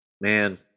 man